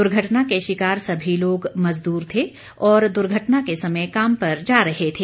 दुर्घटना के शिकार सभी लोग मजदूर थे और दुर्घटना के समय काम पर जा रहे थे